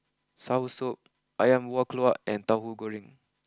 Soursop Ayam Buah Keluak and Tauhu Goreng